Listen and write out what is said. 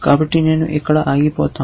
కాబట్టి నేను ఇక్కడ ఆగిపోతాను